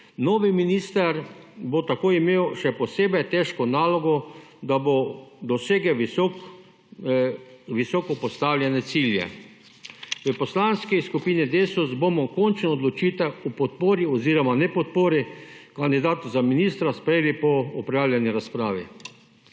Novi minister bo tako imel še posebej težko nalogo, da bo dosegel visoko postavljene cilje. V Poslanski skupini Desus bomo končno odločitev o podpori oziroma ne podpori kandidata za ministra sprejeli po opravljeni razpravi.